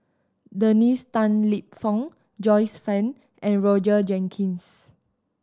Dennis Tan Lip Fong Joyce Fan and Roger Jenkins